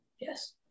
Yes